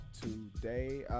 today